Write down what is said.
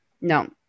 No